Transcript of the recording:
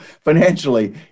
financially